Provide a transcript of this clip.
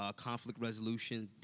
ah conflict resolution,